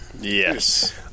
Yes